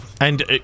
And-